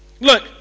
Look